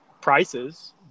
prices